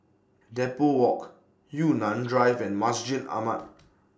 Depot Walk Yunnan Drive and Masjid Ahmad